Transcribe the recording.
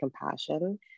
compassion